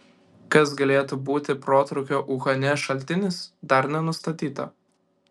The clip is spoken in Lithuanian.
kas galėtų būti protrūkio uhane šaltinis dar nenustatyta